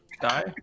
die